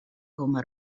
coma